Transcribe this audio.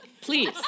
Please